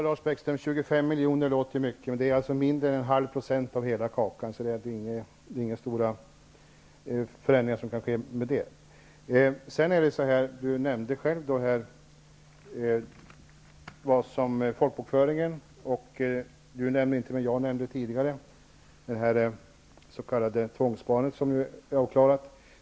Fru talman! 25 miljoner låter mycket, Lars Bäckström, men det är mindre än en halv procent av hela kakan, så det är inga stora förändringar som kan ske med det beloppet. Lars Bäckström nämnde själv folkbokföringen. Jag nämnde tidigare det s.k. tvångssparandet, som nu är avklarat.